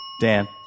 Dan